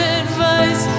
advice